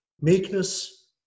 meekness